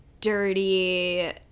dirty